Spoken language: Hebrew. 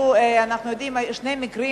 ואנחנו אפילו יודעים על שני מקרים,